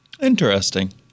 Interesting